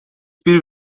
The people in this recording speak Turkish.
bir